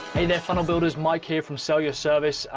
hey, there funnel builders mike here from sell your service.